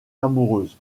amoureuse